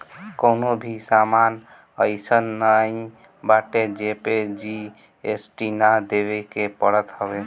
कवनो भी सामान अइसन नाइ बाटे जेपे जी.एस.टी ना देवे के पड़त हवे